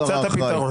את הפיצוי?